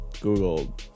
Google